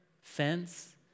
fence